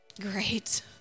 great